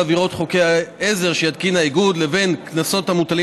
עבירות על חוקי עזר שיתקין האיגוד לבין הקנסות המוטלים